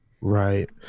right